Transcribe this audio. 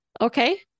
Okay